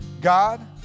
God